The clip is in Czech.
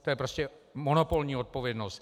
To je prostě monopolní odpovědnost.